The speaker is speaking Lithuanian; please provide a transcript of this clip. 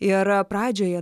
ir pradžioje